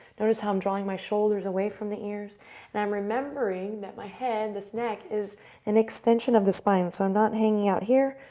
notice how i'm drawing my shoulders away from the ears and i'm remembering that my head, this neck, is an extension of the spine. i'm so not hanging out here,